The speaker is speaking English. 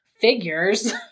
figures